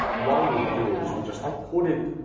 what we would do is we just put it